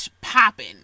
popping